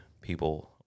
people